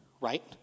right